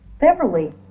Beverly